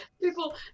people